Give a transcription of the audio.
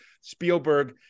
Spielberg